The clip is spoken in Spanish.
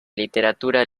literatura